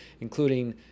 including